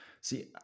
See